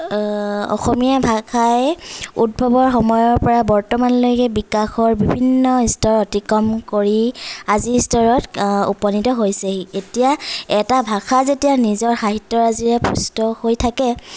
অসমীয়া ভাষাই উদ্ভৱৰ সময়ৰ পৰা বৰ্তমানলৈকে বিকাশৰ বিভিন্ন স্তৰ অতিক্ৰম কৰি আজিৰ স্তৰত উপনীত হৈছেহি এতিয়া এটা ভাষা যেতিয়া নিজৰ সাহিত্যৰাজিৰে পুষ্ট হৈ থাকে